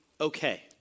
okay